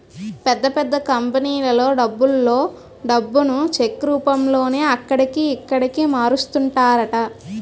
పెద్ద పెద్ద కంపెనీలలో డబ్బులలో డబ్బును చెక్ రూపంలోనే అక్కడికి, ఇక్కడికి మారుస్తుంటారట